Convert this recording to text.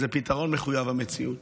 אבל זה פתרון מחויב המציאות.